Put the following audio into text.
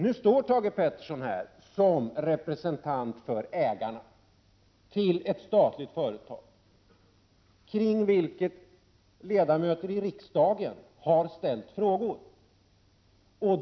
Nu står Thage G Peterson här som representant för ägarna till ett statligt företag, om vilket ledamöter i riksdagen har ställt frågor.